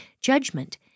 judgment